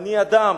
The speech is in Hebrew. אני אדם.